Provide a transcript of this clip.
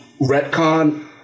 retcon